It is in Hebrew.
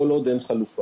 כל עוד אין חלופה.